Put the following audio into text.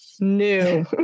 new